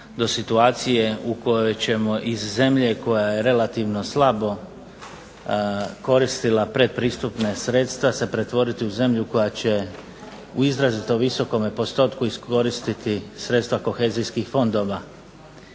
do situacije u kojoj ćemo iz zemlje koja je relativno slabo koristila pretpristupne sredstva, se pretvoriti u zemlju koja će u izrazito visokome postotku iskoristiti sredstva kohezijskih fondova.